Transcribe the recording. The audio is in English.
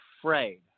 afraid